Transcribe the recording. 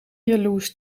jaloers